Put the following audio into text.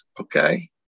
okay